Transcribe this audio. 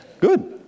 good